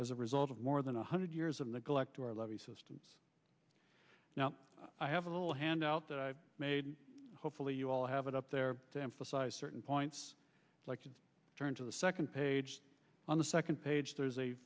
as a result of more than one hundred years of neglect or levee systems now i have a little handout that i made hopefully you all have it up there to emphasize certain points like to turn to the second page on the second page there's a